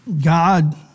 God